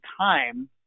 time